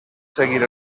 seguir